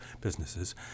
businesses